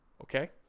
Okay